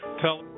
tell